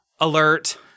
alert